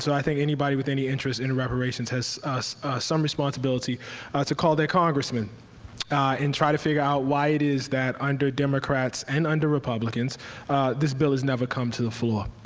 so i think anybody with any interest in reparations has some responsibility to call their congressman and try to figure out why it is that under democrats and under republicans this bill has never come to the floor.